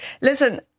Listen